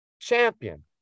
champion